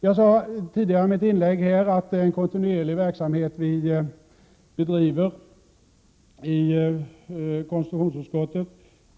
Jag sade tidigare i mitt inlägg att det är en kontinuerlig verksamhet vi bedriver i konstitutionsutskottet.